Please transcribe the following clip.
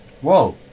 whoa